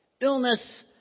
Illness